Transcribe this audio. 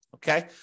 Okay